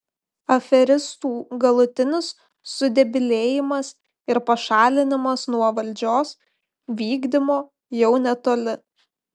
aferistų galutinis sudebilėjimas ir pašalinimas nuo valdžios vykdymo jau netoli